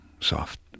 soft